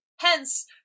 Hence